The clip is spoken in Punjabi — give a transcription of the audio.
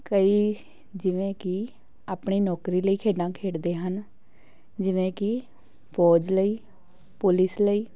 ਕਈ ਜਿਵੇਂ ਕਿ ਆਪਣੀ ਨੌਕਰੀ ਲਈ ਖੇਡਾਂ ਖੇਡਦੇ ਹਨ ਜਿਵੇਂ ਕਿ ਫੌਜ ਲਈ ਪੁਲਿਸ ਲਈ